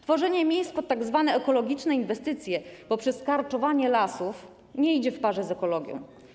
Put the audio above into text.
Tworzenie miejsc pod tzw. ekologiczne inwestycje poprzez karczowanie lasów nie idzie w parze z ekologią.